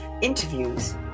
interviews